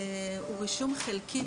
מדובר ברישום חלקי.